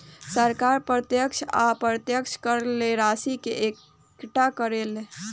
सरकार प्रत्यक्ष आ अप्रत्यक्ष कर से राशि के इकट्ठा करेले